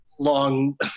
long